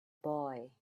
boy